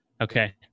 okay